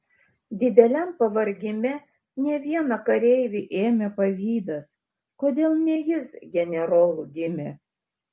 dideliam pavargime ne vieną kareivį ėmė pavydas kodėl ne jis generolu gimė